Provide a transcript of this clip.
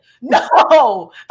no